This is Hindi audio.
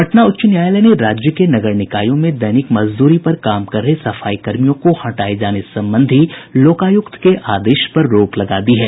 पटना उच्च न्यायालय ने राज्य के नगर निकायों में दैनिक मजदूरी पर काम कर रहे सफाईकर्मियों को हटाये जाने संबंधी लोकायुक्त के आदेश पर रोक लगा दी है